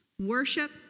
Worship